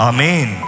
Amen